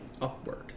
upward